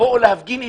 תבואו להפגין אתי,